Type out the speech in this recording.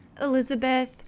Elizabeth